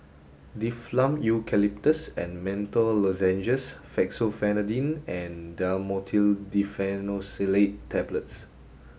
Difflam Eucalyptus and Menthol Lozenges Fexofenadine and Dhamotil Diphenoxylate Tablets